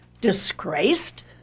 Disgraced